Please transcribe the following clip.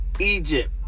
Egypt